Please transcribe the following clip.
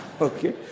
Okay